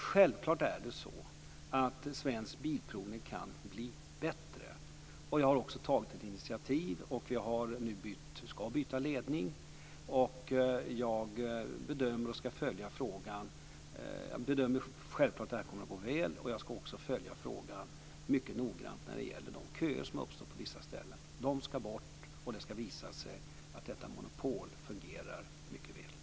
Men självfallet är det så att Svensk Bilprovning kan bli bättre. Jag har också tagit ett initiativ och jag ska byta ut ledningen. Jag bedömer att detta kommer att gå väl, och jag ska också följa frågan mycket noggrant när det gäller de köer som uppstår på vissa ställen. Dessa köer ska bort, och det kommer att visa sig att detta monopol fungerar mycket väl.